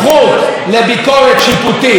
זה מה שאתם רוצים לעשות.